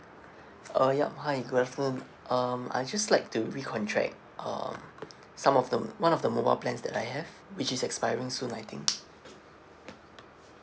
uh yup hi good afternoon um I would just like to recontract um some of the one of the mobile plans that I have which is expiring soon I think